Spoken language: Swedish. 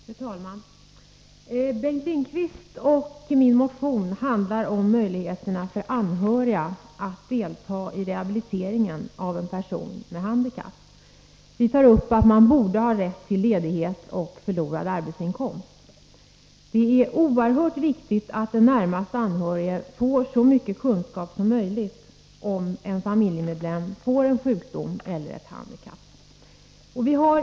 Fru talman! Bengt Lindqvists och min motion handlar om möjligheterna för anhöriga att delta i rehabiliteringen av en person med handikapp. Vi anför att anhöriga borde ha rätt till ledighet och ersättning för förlorad arbetsinkomst. Det är oerhört viktigt att de närmast anhöriga får så mycket kunskap som möjligt, om en familjemedlem drabbas av en sjukdom eller ett handikapp.